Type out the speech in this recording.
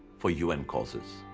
for un causes.